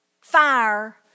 fire